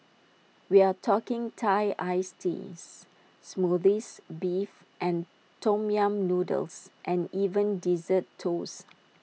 we're talking Thai iced teas Smoothies Beef and Tom yam noodles and even Dessert Toasts